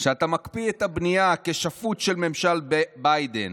"כשאתה מקפיא את הבנייה כשפוט של ממשל ביידן,